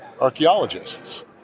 archaeologists